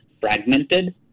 fragmented